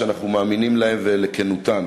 שאנחנו מאמינים בהן ובכנותן,